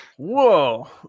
Whoa